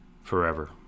forever